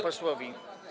posłowi.